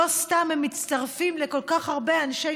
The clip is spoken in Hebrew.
לא סתם הם מצטרפים לכל כך הרבה אנשי